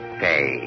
pay